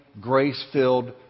grace-filled